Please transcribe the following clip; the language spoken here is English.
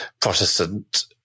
Protestant